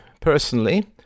personally